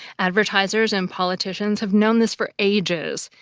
advertisers and politicians have known this for ages,